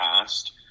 past